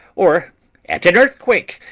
or at an earthquake,